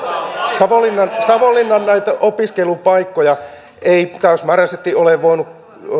savonlinnan savonlinnan opiskelupaikkoja ei täysmääräisesti ole voinut